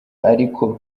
ariko